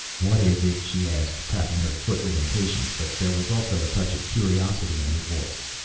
what is it? she asked, tapping her foot with impatience. but there was also a touch of curiosity in her voice.